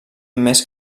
més